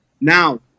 Now